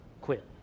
quit